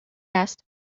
asked